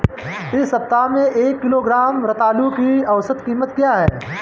इस सप्ताह में एक किलोग्राम रतालू की औसत कीमत क्या है?